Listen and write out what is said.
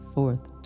fourth